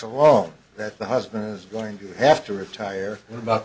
alone that the husband is going to have to retire about